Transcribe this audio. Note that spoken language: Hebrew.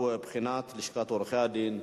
הבא: בחינות לשכת עורכי הדין,